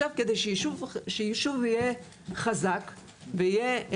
כדי שישוב יהיה חזק ויהיה,